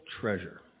Treasure